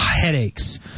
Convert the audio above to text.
headaches